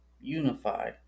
unify